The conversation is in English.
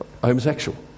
homosexual